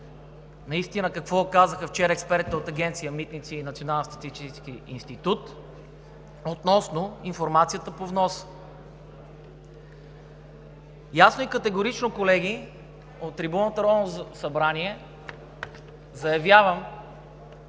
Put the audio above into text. наистина какво казаха вчера експертите от Агенция „Митници“ и Националния статистически институт относно информацията по вноса. Ясно и категорично, колеги, от трибуната на Народното събрание заявявам,